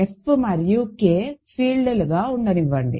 F మరియు K ఫీల్డ్లుగా ఉండనివ్వండి